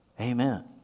Amen